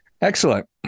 Excellent